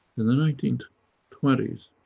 in the nineteen twenty s, i